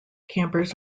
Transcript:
campers